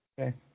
Okay